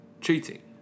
cheating